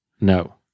No